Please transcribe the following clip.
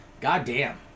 goddamn